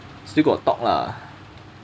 still got to talk lah